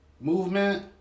movement